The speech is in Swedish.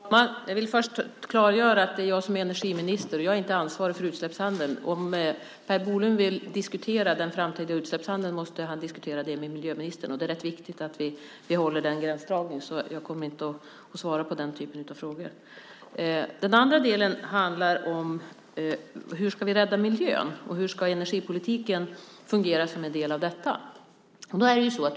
Herr talman! Jag vill först klargöra att det är jag som är energiminister. Jag är inte ansvarig för utsläppshandeln, och om Per Bolund vill diskutera den framtida utsläppshandeln måste han diskutera det med miljöministern. Det är rätt viktigt att vi håller den gränsdragningen, så jag kommer inte att svara på den typen av frågor. Den andra delen handlar om hur vi ska rädda miljön och hur energipolitiken ska fungera som en del av detta.